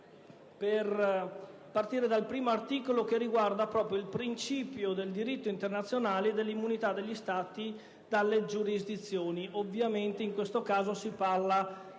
per esaminare il primo articolo, che riguarda proprio il principio del diritto internazionale e dell'immunità degli Stati dalle giurisdizioni. Ovviamente in questo caso si parla